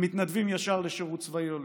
ומתנדבים ישר לשירות צבאי או לאומי.